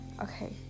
Okay